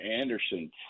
Anderson